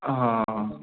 ହଁ ହଁ